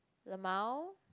lmao